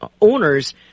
owners